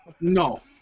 No